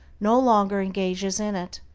no longer engages in it,